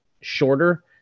shorter